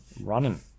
running